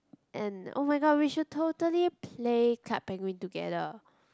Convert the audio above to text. and oh-my-god we should totally play Club Penguin together